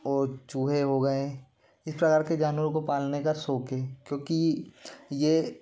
और चूहे हो गए इस प्रकार के जानवरों को पालने का शौक़ है क्योंकि ये